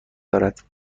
دارد